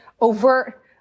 overt